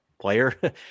player